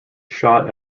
shot